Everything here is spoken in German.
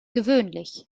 gewöhnlich